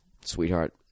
sweetheart